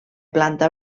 planta